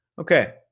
Okay